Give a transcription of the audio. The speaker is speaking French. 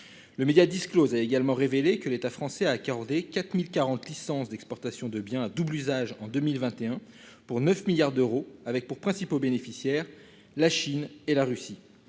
Le média disclose a également révélé que l'État français a accordé 4040 licences d'exportation de biens à double usage en 2021 pour 9 milliards d'euros, avec pour principaux bénéficiaires. La Chine et la Russie.